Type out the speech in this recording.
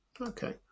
okay